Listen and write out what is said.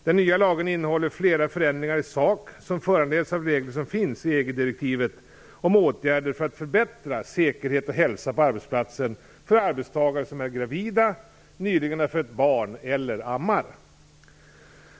Den nya lagen innehåller flera förändringar i sak som föranleds av regler som finns i EG direktivet om åtgärder för att förbättra säkerhet och hälsa på arbetsplatsen för arbetstagare som är gravida, nyligen har fött barn eller ammar.